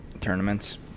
tournaments